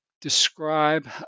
describe